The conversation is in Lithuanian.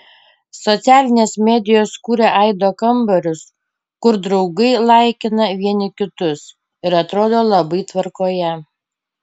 socialinės medijos kuria aido kambarius kur draugai laikina vieni kitus ir atrodo labai tvarkoje